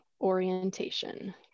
orientation